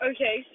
Okay